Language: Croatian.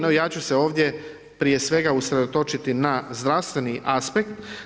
No, ja ću se ovdje, prije svega, usredotočiti na zdravstveni aspekt.